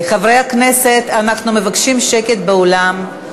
חברי הכנסת, אנחנו מבקשים שקט באולם.